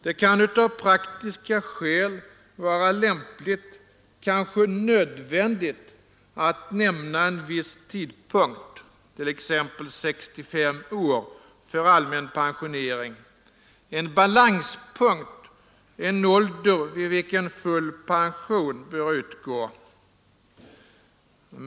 Det kan av praktiska skäl vara lämpligt, kanske nödvändigt, att nämna en viss tidpunkt, t.ex. 65 år, för allmän pensionering — en balanspunkt, en ålder vid vilken full pension bör utgå.